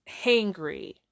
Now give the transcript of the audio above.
hangry